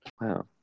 Wow